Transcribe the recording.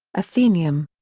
atheneum.